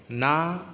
ना